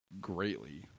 greatly